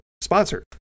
sponsored